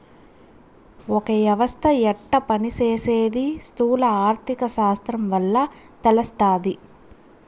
ఒక యవస్త యెట్ట పని సేసీది స్థూల ఆర్థిక శాస్త్రం వల్ల తెలస్తాది